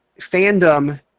fandom